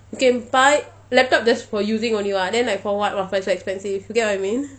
you can buy laptop just for using only [what] then like for what must buy so expensive you get what I mean